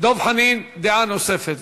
דב חנין, דעה נוספת.